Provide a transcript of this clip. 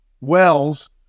Wells